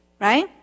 right